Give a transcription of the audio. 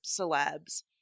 celebs